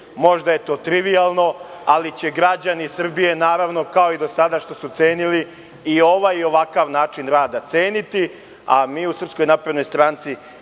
možda je to trivijalno, ali će građani Srbije naravno, kao i do sada što su cenili, i ovaj i ovakav način rada ceniti. Mi u SNS ćemo se